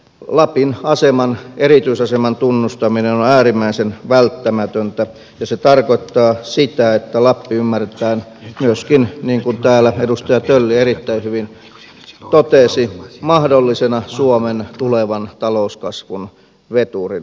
lapin erityisaseman tunnustaminen on äärimmäisen välttämätöntä ja se tarkoittaa sitä että lappi ymmärretään myöskin niin kuin täällä edustaja tölli erittäin hyvin totesi mahdollisena suomen tulevan talouskasvun veturina